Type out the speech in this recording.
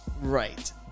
right